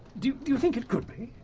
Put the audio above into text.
do you think it could be?